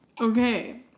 Okay